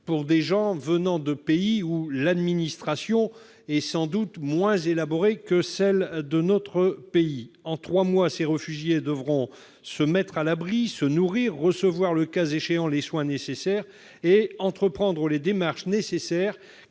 pour des personnes venant de pays où l'administration est sans doute moins élaborée que celle de notre pays. En trois mois, ces réfugiés devront se mettre à l'abri, se nourrir, recevoir le cas échéant les soins nécessaires et entreprendre les indispensables